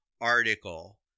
article